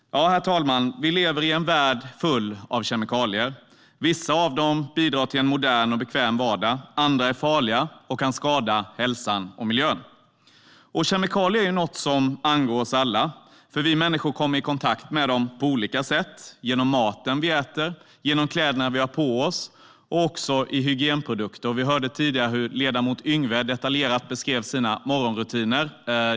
Herr talman! Vi lever i en värld full av kemikalier. Vissa av dem bidrar till en modern och bekväm vardag. Andra är farliga och kan skada hälsan och miljön. Kemikalier är något som angår oss alla, för vi människor kommer i kontakt med dem på olika sätt: genom maten vi äter, genom kläderna vi har på oss och genom hygienprodukter. Vi hörde tidigare hur ledamot Yngwe detaljerat beskrev sina morgonrutiner.